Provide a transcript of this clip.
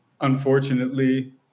unfortunately